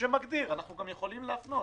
שמגדיר אנחנו גם יכולים להפנות,